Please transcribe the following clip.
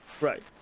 Right